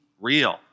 real